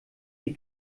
die